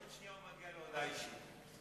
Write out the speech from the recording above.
עוד שנייה הוא מגיע להודעה אישית.